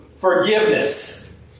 forgiveness